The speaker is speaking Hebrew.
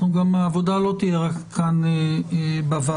העבודה לא תהיה רק כאן בוועדה.